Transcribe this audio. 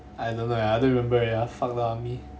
I don't know eh I don't remember ya fuck the army